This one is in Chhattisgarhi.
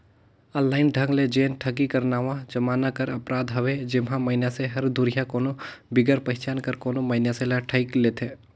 ऑनलाइन ढंग ले जेन ठगी हर नावा जमाना कर अपराध हवे जेम्हां मइनसे हर दुरिहां कोनो बिगर पहिचान कर कोनो मइनसे ल ठइग लेथे